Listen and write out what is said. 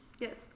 yes